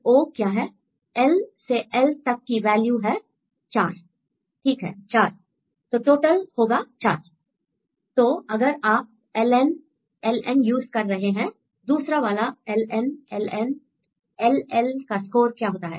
L से L तक की वैल्यू है 4 स्टूडेंट 4 ठीक है 4 तो टोटल होगा 4 तो अगर आप LN LN यूज कर रहे हैं दूसरा वाला LN LN LL का स्कोर क्या होता है